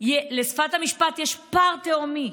לשפת המשפט יש פער תהומי.